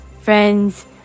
friends